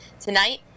Tonight